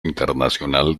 internacional